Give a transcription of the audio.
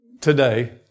today